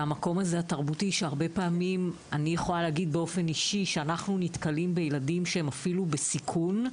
אני יכולה להגיד באופן אישי שאנחנו נתקלים בילדים שהם אפילו בסיכון,